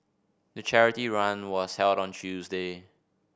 the charity run was held on Tuesday